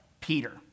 Peter